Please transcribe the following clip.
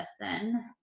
lesson